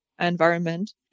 environment